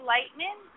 Lightman